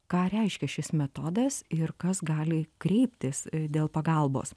ką reiškia šis metodas ir kas gali kreiptis dėl pagalbos